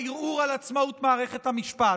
הערעור על עצמאות מערכת המשפט.